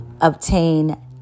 obtain